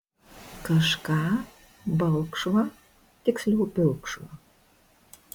kažką balkšvą tiksliau pilkšvą